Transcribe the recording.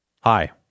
Hi